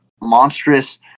monstrous